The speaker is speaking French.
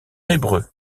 hébreu